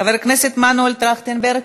חבר הכנסת מנואל טרכטנברג,